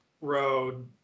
road